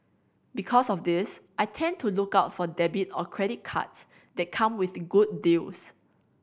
because of this I tend to look out for debit or credit cards that come with good deals